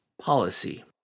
policy